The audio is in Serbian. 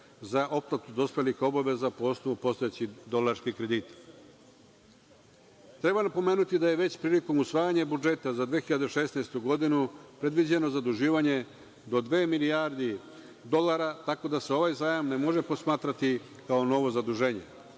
za otplatu dospelih obaveza po osnovu postojećih dolarskih kredita. Treba napomenuti da je već prilikom usvajanja budžeta za 2016. godinu predviđeno zaduživanje do dve milijarde dolara, tako da se ovaj zajam ne može posmatrati kao novo zaduženje.